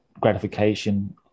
gratification